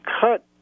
cut